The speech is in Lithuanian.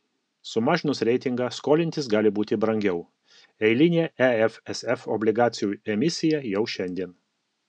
sumažinus reitingą skolintis gali būti brangiau eilinė efsf obligacijų emisija jau šiandien